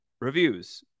Reviews